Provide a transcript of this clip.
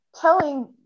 telling